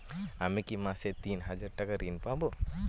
আমি কি মাসে তিন হাজার টাকার ঋণ পাবো?